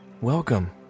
welcome